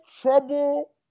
trouble